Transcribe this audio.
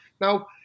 Now